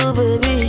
baby